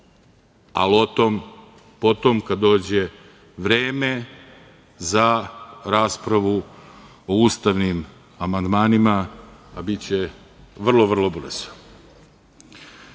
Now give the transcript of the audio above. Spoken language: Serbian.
ali o tom po tom, kada dođe vreme za raspravu o ustavnim amandmanima, a biće vrlo brzo. Jednostavno,